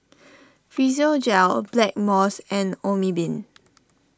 Physiogel Blackmores and Obimin